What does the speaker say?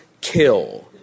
kill